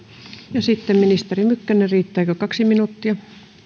ja sitten ministeri mykkänen riittääkö kaksi minuuttia